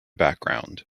background